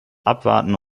abwarten